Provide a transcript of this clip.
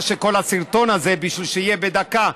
של כל הסרטון הזה בשביל שיהיה בדקה,